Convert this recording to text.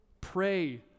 Pray